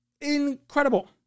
incredible